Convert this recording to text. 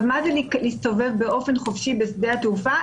עכשיו מה זה להסתובב באופן חופשי בשדה התעופה?